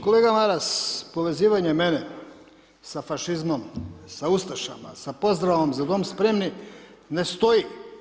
Kolega Maras, povezivanje mene sa fašizmom, sa ustašama, sa pozdravom „Za Dom spremni“ ne stoji.